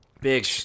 big